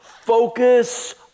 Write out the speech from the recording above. focus